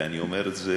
ואני אומר את זה